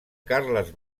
carles